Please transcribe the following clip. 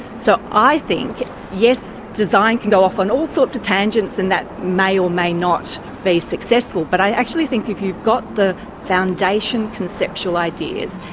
so i think yes, design can go off on all sorts of tangents and that may or may not be successful, but i actually think if you've got the foundation conceptual ideas,